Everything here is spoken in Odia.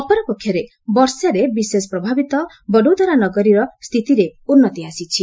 ଅପରପକ୍ଷରେ ବର୍ଷାରେ ବିଶେଷ ପ୍ରଭାବିତ ବଡ଼ୋଦରା ନଗରୀର ସ୍ଥିତିରେ ଉନ୍ନତି ଆସିଛି